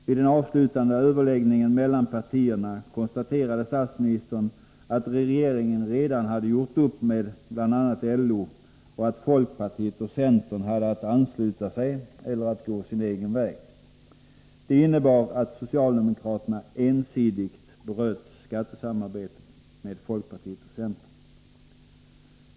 Vid den avslutande överläggningen mellan partierna konstaterade statsministern att regeringen redan hade gjort upp med bl.a. LO och att folkpartiet och centern hade att ansluta sig eller gå sin egen väg. Det innebar att socialdemokraterna ensidigt bröt skattesamarbetet med folkpartiet och centern.